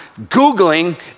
Googling